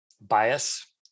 bias